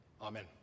Amen